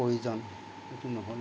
প্ৰয়োজন এইটো ন'হল